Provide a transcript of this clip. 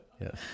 Yes